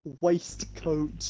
Waistcoat